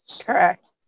correct